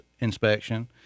inspection